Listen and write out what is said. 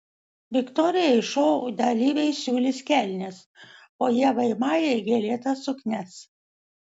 viktorijai šou dalyviai siūlys kelnes o ievai majai gėlėtas suknias